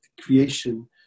creation